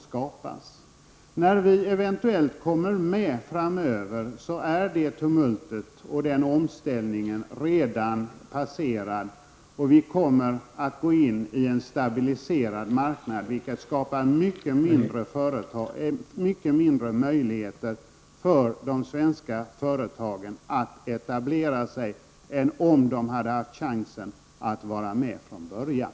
När Sverige eventuellt kommer med framöver är detta tumult och denna omställning redan ett passerat stadium, och vi kommer att gå in i en stabiliserad marknad, vilket skapar mycket mindre möjligheter för de svenska företagen att etablera sig än om de hade haft chansen att vara med från början.